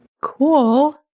Cool